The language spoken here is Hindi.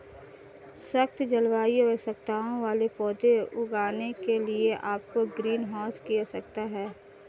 सख्त जलवायु आवश्यकताओं वाले पौधे उगाने के लिए आपको ग्रीनहाउस की आवश्यकता है